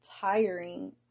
tiring